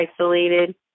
isolated